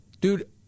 Dude